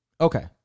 Okay